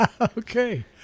Okay